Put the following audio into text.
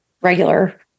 regular